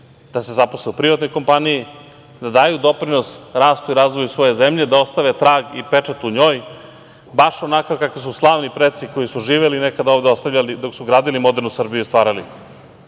da se zaposle u privatnoj kompaniji, da daju doprinos rastu i razvoju svoje zemlje, da ostave trag i pečat u njoj, baš onakav kakav su slavni preci, koji su živeli nekada ovde, ostavljali dok su gradili modernu Srbiju stvarali